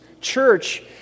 church